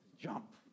Jump